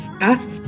ask